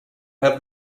have